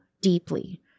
deeply